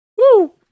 Woo